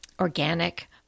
organic